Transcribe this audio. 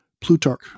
Plutarch